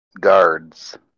guards